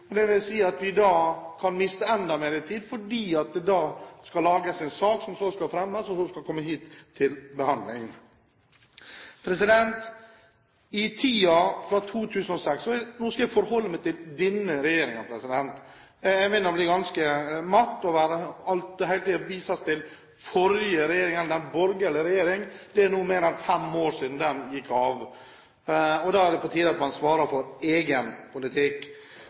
at vi da kan miste enda mer tid, fordi det da skal lages en sak som så skal fremmes, og som skal komme hit til behandling. Nå skal jeg forholde meg til denne regjeringen. Jeg begynner å bli ganske matt over at det hele tiden vises til den forrige regjering, eller den borgerlige regjering. Det er nå mer enn fem år siden den gikk av, og da er det på tide at man svarer for egen politikk.